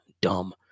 dumb